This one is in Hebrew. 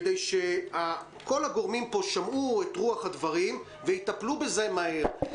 כל הגורמים פה שמעו את רוח הדברים ויטפלו בזה מהר,